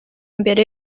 imbere